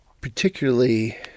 Particularly